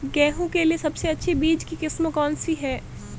गेहूँ के लिए सबसे अच्छी बीज की किस्म कौनसी है?